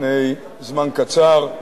לפני זמן קצר: